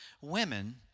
women